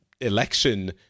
election